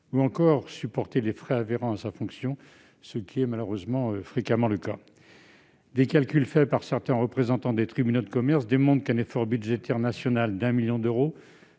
ou encore supporter les frais afférant à sa fonction, ce qui est malheureusement fréquemment le cas. Des calculs réalisés par certains représentants des tribunaux de commerce démontrent qu'un effort budgétaire national de 1 million d'euros,